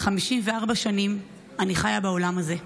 54 שנים אני חיה בעולם הזה,